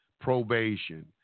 probation